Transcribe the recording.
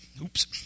Oops